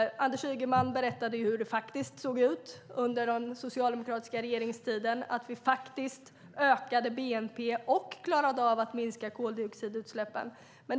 Anders Ygeman berättade hur det faktiskt såg ut under den socialdemokratiska regeringstiden: Vi ökade bnp och klarade av att minska koldioxidutsläppen.